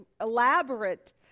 elaborate